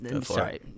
Sorry